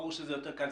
ברור שזה יותר קל,